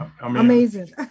Amazing